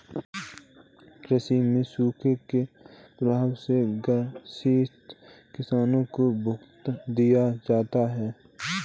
कृषि में सूखे के प्रभाव से ग्रसित किसानों को भत्ता दिया जाता है